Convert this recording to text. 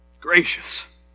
Gracious